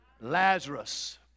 Lazarus